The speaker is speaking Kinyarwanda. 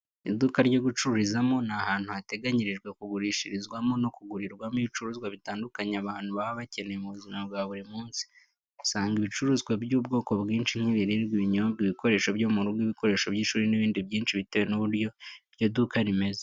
Iduka ryo gucururizamo ni ahantu hateganyirijwe kugurishirizwamo no kugurirwamo ibicuruzwa bitandukanye abantu baba bakeneye mu buzima bwa buri munsi. Usangamo ibicuruzwa by'ubwoko bwinshi nk'ibiribwa, ibinyobwa, ibikoresho byo mu rugo, ibikoresho by'ishuri n'ibindi byinshi bitewe n'uburyo iryo duka rimeze.